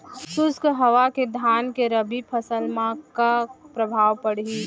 शुष्क हवा के धान के रबि फसल मा का प्रभाव पड़ही?